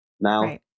Now